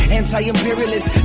anti-imperialist